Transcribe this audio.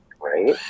Right